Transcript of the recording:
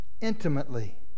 intimately